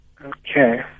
Okay